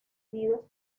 unidos